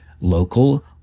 local